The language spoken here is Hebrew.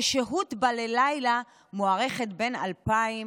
ששהות בה ללילה מוערכת בין 2,000